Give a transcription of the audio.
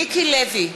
מיקי לוי,